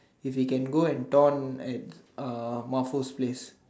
if he can go and down at uh Mahfuz's place